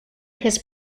his